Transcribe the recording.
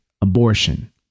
abortion